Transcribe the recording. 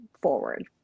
forward